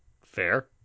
Fair